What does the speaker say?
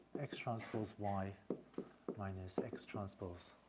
x transpose y but minus x transpose